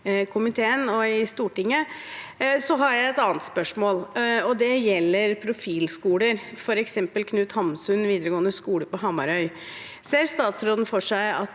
og i Stortinget. Jeg har et annet spørsmål, og det gjelder profilskoler, f.eks. Knut Hamsun videregående skole på Hamarøy. Ser statsråden for seg at